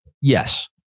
Yes